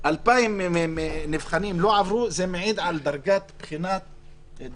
2,000 נבחנים לא עברו, זה מעיד על דרגת קושי